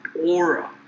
aura